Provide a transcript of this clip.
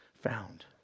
found